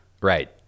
Right